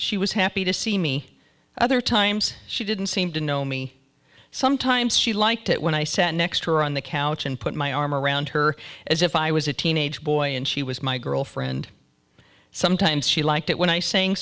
she was happy to see me other times she didn't seem to know me sometimes she liked it when i sat next to her on the couch and put my arm around her as if i was a teenage boy and she was my girlfriend sometimes she liked it when i sang